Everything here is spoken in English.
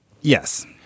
yes